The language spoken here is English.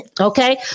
Okay